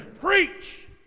preach